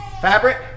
Fabric